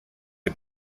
der